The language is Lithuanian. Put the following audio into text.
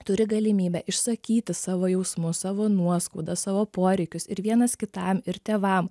turi galimybę išsakyti savo jausmus savo nuoskaudas savo poreikius ir vienas kitam ir tėvam